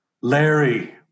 Larry